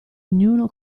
ognuno